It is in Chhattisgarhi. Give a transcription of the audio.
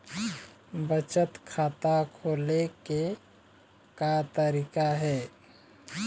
बचत खाता खोले के का तरीका हे?